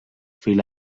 fil